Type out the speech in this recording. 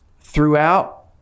throughout